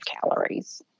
calories